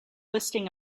listing